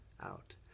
out